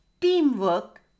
teamwork